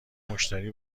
مشتری